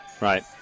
right